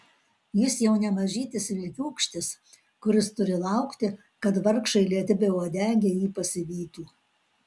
jis jau ne mažytis vilkiūkštis kuris turi laukti kad vargšai lėti beuodegiai ji pasivytų